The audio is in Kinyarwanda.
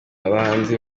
abahinzi